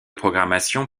programmation